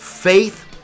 faith